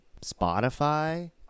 Spotify